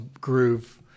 groove